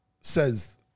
says